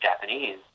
Japanese